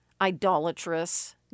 idolatrous